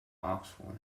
oxford